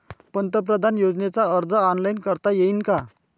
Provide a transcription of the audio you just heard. पंतप्रधान योजनेचा अर्ज ऑनलाईन करता येईन का?